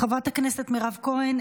חברת הכנסת מירב כהן,